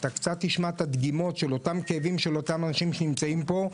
אתה קצת תשמע את הדגימות של הכאבים של האנשים שנמצאים פה,